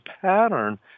pattern